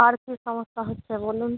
আর কী সমস্যা হচ্ছে বলুন